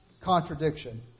contradiction